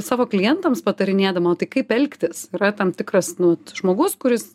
savo klientams patarinėdama o tai kaip elgtis yra tam tikras nu žmogus kuris